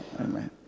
Amen